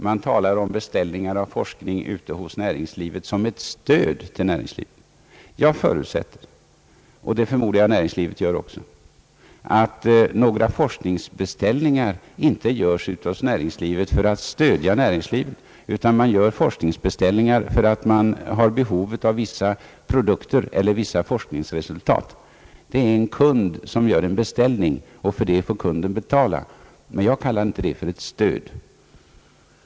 Man talar om beställningar ute hos näringslivet som ett stöd till näringslivet. Jag förutsätter — och det förmodar jag att näringslivet också gör — att några forskningsbeställningar inte görs hos näringslivet för att stödja detta, utan att man gör forskningsbeställningar för att man har behov av vissa produkter eller vissa forskningsresultat. Det är en kund som gör en beställning och för det får kunden betala. Men jag kallar inte detta för ett stöd.